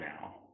now